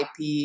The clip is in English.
IP